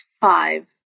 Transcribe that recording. five